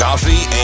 Coffee